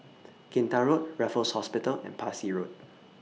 Kinta Road Raffles Hospital and Parsi Road